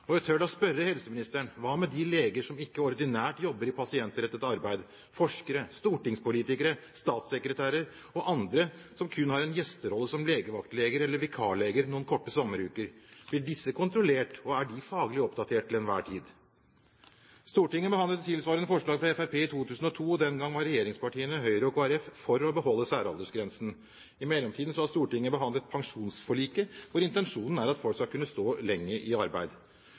Jeg tør da spørre helseministeren: Hva med de leger som ikke ordinært jobber i pasientrettet arbeid – forskere, stortingspolitikere, statssekretærer og andre – som kun har en gjesterolle som legevaktleger eller vikarleger noen korte sommeruker? Blir disse kontrollert, og er de faglig oppdatert til enhver tid? Stortinget behandlet et tilsvarende forslag fra Fremskrittspartiet i 2002. Den gang var regjeringspartiene Høyre og Kristelig Folkeparti for å beholde særaldersgrensen. I mellomtiden har Stortinget behandlet pensjonsforliket, hvor intensjonen er at folk skal kunne stå lenger i arbeid.